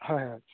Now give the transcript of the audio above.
হয় হয়